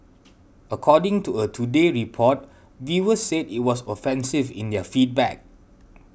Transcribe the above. according to a Today Report viewers said it was offensive in their feedback